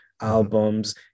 albums